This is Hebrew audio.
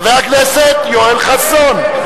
חבר הכנסת יואל חסון,